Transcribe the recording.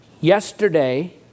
yesterday